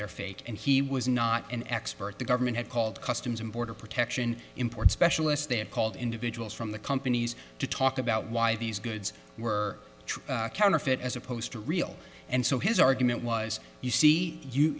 they're fake and he was not an expert the government had called customs and border protection import specialists they had called individuals from the companies to talk about why these goods were counterfeit as opposed to real and so his argument was you see you